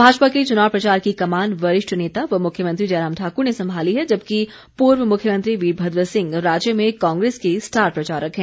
भाजपा के चुनाव प्रचार की कमान वरिष्ठ नेता व मुख्यमंत्री जयराम ठाकुर ने संभाली है जबकि पूर्व मुख्यमंत्री वीरभद्र सिंह राज्य में कांग्रेस के स्टार प्रचारक हैं